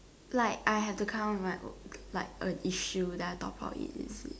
like I had to count with my own like a issue then I talk about it is it